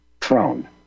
throne